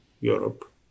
Europe